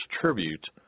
tribute